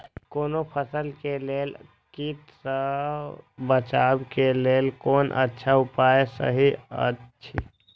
कोनो फसल के लेल कीट सँ बचाव के लेल कोन अच्छा उपाय सहि अछि?